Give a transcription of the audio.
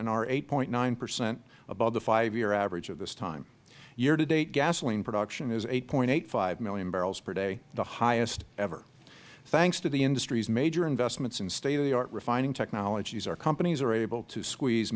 and are eight point nine percent above the five year average at this time year to date gasoline production is eight point eight five million barrels per day the highest ever thanks to the industry's major investments in state of the art refining technologies our companies are able to squeeze